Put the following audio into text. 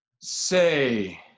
Say